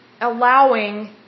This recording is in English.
allowing